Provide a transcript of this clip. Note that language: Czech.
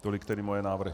Tolik tedy moje návrhy.